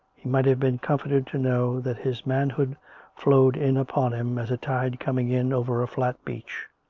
he might have been comforted to know that his manhood flowed in upon him, as a tide coming in over a flat beach.